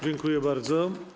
Dziękuję bardzo.